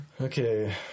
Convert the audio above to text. Okay